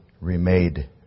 remade